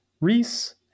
Reese